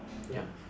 ya